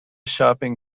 shopping